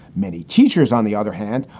many teachers, on the other hand,